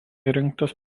įrengtas